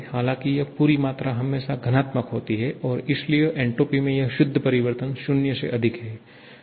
हालांकि यह पूरी मात्रा हमेशा घनात्मक होती है और इसलिए एन्ट्रापी में यह शुद्ध परिवर्तन 0 से अधिक है